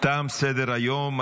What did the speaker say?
תם סדר-היום.